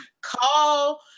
call-